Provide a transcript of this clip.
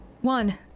one